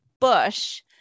bush